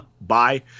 Bye